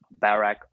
Barack